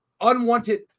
Unwanted